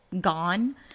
gone